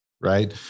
right